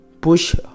push